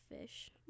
fish